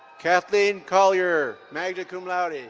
cathleen collier, magna cum laude.